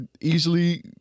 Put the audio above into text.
easily